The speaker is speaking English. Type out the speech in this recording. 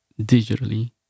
digitally